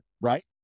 Right